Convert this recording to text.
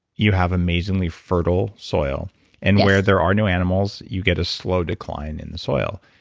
you have amazingly fertile soil and where there are no animals, you get a slow decline in the soil.